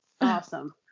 Awesome